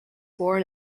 born